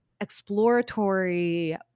exploratory